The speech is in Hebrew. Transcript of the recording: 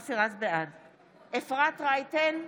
אפרת רייטן מרום,